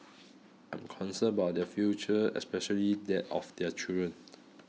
I am concerned about their future especially that of their children